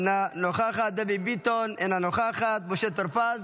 אינה נוכחת, דבי ביטון, אינה נוכחת, משה טור פז,